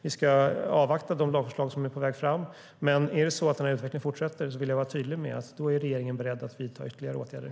Vi ska avvakta de lagförslag som är på väg, men om den här utvecklingen fortsätter vill jag vara tydlig med att då är regeringen beredd att vidta ytterligare åtgärder.